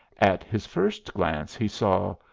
at his first glance he saw,